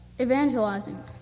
Evangelizing